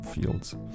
fields